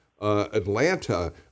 Atlanta